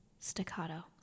Staccato